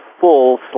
full